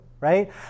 right